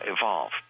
evolve